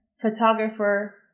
photographer